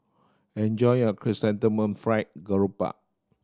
enjoy your Chrysanthemum Fried Garoupa